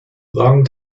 long